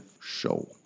Show